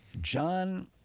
John